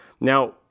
Now